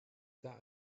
that